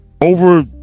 over